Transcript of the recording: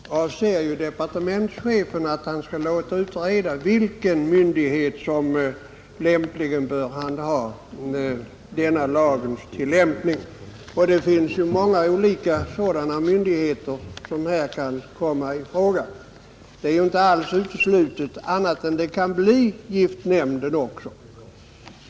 Herr talman! Som framgår av utskottets betänkande avser departementschefen att låta utreda vilken myndighet som lämpligen bör handha tillämpningen av denna lag. Många olika sådana myndigheter kan här komma i fråga. Det är inte alls uteslutet att det kan bli giftnämnden.